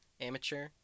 amateur